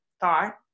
thought